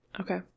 Okay